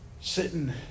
sitting